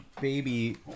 baby